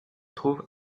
trouve